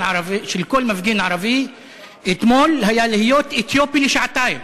ערבי אתמול היה להיות אתיופי לשעתיים: